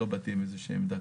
לא באתי עם איזו שהיא עמדה.